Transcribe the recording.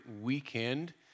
weekend